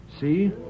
See